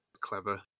clever